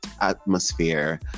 atmosphere